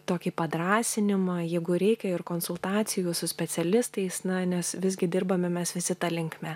tokį padrąsinimą jeigu reikia ir konsultacijų su specialistais na nes visgi dirbame mes visi ta linkme